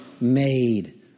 made